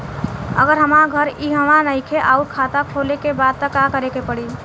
अगर हमार घर इहवा नईखे आउर खाता खोले के बा त का करे के पड़ी?